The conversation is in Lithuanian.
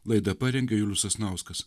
laidą parengė julius sasnauskas